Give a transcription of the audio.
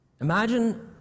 Imagine